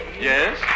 Yes